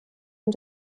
und